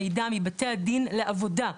מידע מבתי הדין לעבודה.